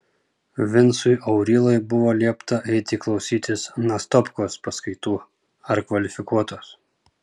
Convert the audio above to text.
vincui aurylai buvo liepta eiti klausytis nastopkos paskaitų ar kvalifikuotos